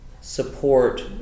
support